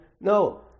no